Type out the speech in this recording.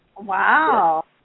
Wow